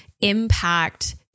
impact